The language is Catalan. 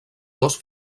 dos